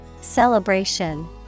Celebration